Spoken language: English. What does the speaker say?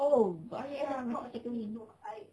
oh baik ah macam tu